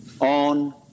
on